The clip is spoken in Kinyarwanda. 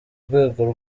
rwego